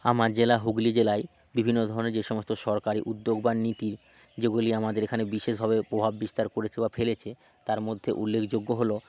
আমার জেলা হুগলি জেলায় বিভিন্ন ধরনের যে সমস্ত সরকারি উদ্যোগ বা নীতি যেগুলি আমাদের এখানে বিশেষভাবে প্রভাব বিস্তার করেছে বা ফেলেছে তার মধ্যে উল্লেখযোগ্য হল